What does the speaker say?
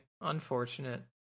Unfortunate